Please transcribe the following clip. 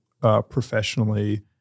professionally